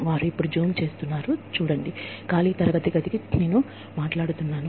వారు ఇప్పుడు ఖాళీ తరగతి గదికి జూమ్ చేస్తున్నారు చూడండి నేను మాట్లాడుతున్నాను